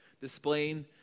displaying